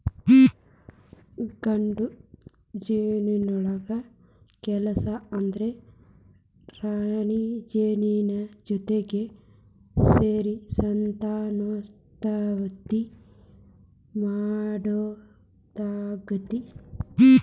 ಗಂಡು ಜೇನುನೊಣಗಳ ಕೆಲಸ ಅಂದ್ರ ರಾಣಿಜೇನಿನ ಜೊತಿಗೆ ಸೇರಿ ಸಂತಾನೋತ್ಪತ್ತಿ ಮಾಡೋದಾಗೇತಿ